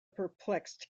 perplexed